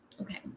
okay